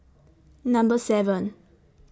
Number seven